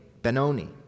Benoni